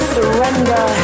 Surrender